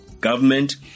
government